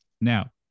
Now